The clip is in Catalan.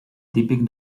típic